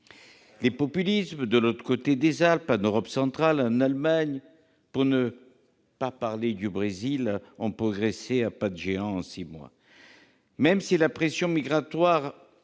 Les populismes, de l'autre côté des Alpes, en Europe centrale, en Allemagne, sans parler du Brésil, ont progressé, en six mois, à pas de géant. Même si la pression migratoire